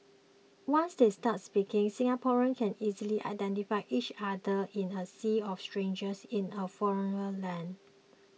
once they start speaking Singaporeans can easily identify each other in a sea of strangers in a foreigner land